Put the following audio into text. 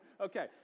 Okay